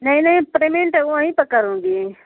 नहीं नहीं प्रेमेंट वहीं पर करूँगी